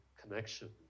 connection